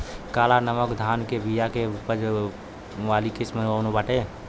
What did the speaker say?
काला नमक धान के बिया के उच्च उपज वाली किस्म कौनो बाटे?